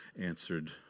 answered